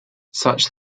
such